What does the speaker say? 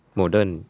modern